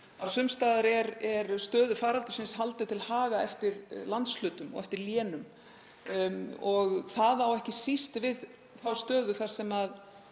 að sums staðar er stöðu faraldursins haldið til haga eftir landshlutum og eftir lénum. Það á ekki síst við þá stöðu þar sem